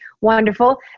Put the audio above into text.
wonderful